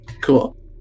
Cool